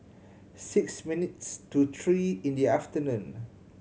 six minutes to three in the afternoon